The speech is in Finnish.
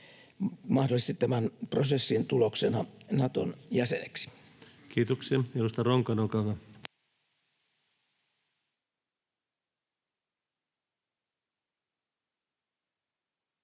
mahdollisesti tämän prosessin tuloksena Naton jäseneksi. Kiitoksia.